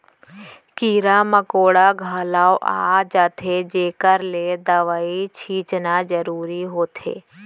कीरा मकोड़ा घलौ आ जाथें जेकर ले दवई छींचना जरूरी होथे